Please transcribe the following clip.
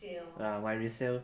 ah 买 resale